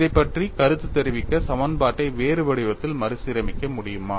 அதைப் பற்றி கருத்து தெரிவிக்க சமன்பாட்டை வேறு வடிவத்தில் மறுசீரமைக்க முடியுமா